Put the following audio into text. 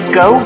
go